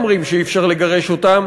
אומרים שאי-אפשר לגרש אותם.